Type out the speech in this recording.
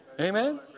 Amen